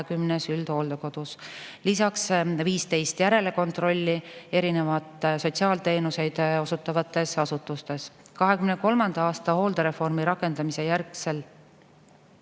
20 üldhooldekodus, lisaks 15 järelkontrolli erinevaid sotsiaalteenuseid osutavates asutustes. 2023. aasta hooldereformi rakendamise järgsel